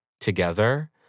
together